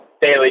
daily